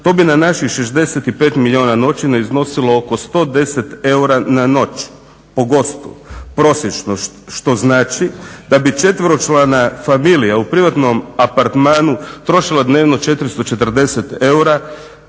to bi na naših 65 milijuna noćenja iznosilo oko 110 eura na noć po gostu prosječno što znači da bi četveročlana familija u privatnom apartmanu trošila dnevno 440 eura